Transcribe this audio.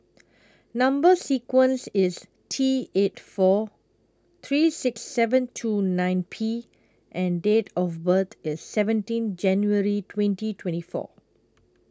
Number sequence IS T eight four three six seven two nine P and Date of birth IS seventeen January twenty twenty four